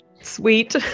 sweet